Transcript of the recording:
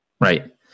Right